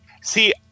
see